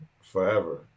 Forever